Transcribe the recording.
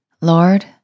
Lord